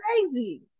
crazy